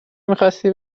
میخواستی